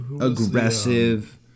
aggressive